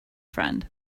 friend